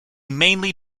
mainly